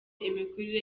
imikurire